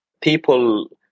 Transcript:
people